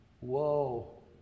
Whoa